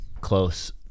close